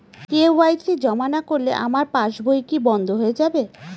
KYC জমা না করলে আমার পাসবই কি বন্ধ হয়ে যাবে?